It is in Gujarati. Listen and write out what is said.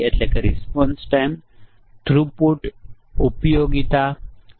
અન્ય પરિમાણો તરીકે સ્ક્રીન છે જે 3 કિંમતો લઈ શકે છે અને કીબોર્ડ એ એક અન્ય પરિમાણ છે જે 2 કિંમતો લઈ શકે છે